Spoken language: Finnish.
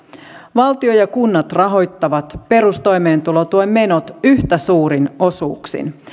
valtio ja kunnat rahoittavat perustoimeentulotuen menot yhtä suurin osuuksin